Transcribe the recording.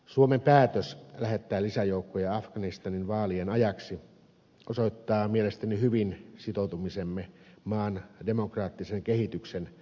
suomen päätös lähettää lisäjoukkoja afganistanin vaalien ajaksi osoittaa mielestäni hyvin sitoutumisemme maan demokraattisen kehityksen tukemisessa